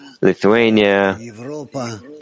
Lithuania